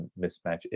mismatch